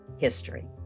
History